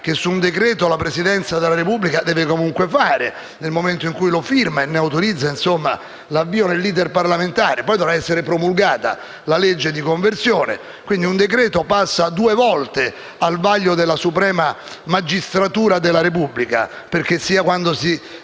che su un decreto-legge la Presidenza della Repubblica deve comunque fare nel momento in cui lo firma e ne autorizza l'avvio dell'*iter* parlamentare. Poi, dovrà essere promulgata la legge di conversione; quindi, un decreto-legge passa due volte al vaglio della suprema magistratura della Repubblica: sia quando lo